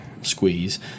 Squeeze